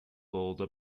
boulder